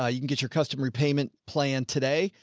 ah you can get your custom repayment. plan today.